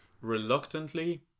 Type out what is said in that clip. Reluctantly